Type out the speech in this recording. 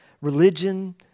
religion